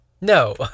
No